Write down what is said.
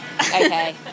Okay